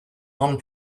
non